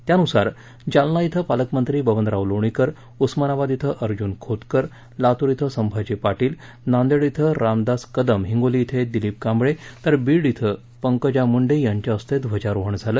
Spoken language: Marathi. त्यानुसार जालना इथं पालकमंत्री बबनराव लोणीकर उस्मानाबाद इथं अर्जुन खोतकर लातूर इथं संभाजी पाटील नांदेड इथ रामदास कदमहिंगोली इथं दिलिप कांबळे तर बीड इथ पंकजा मुंडे ध्वजारोहण झालं